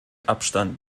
abstand